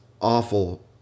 awful